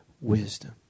Wisdom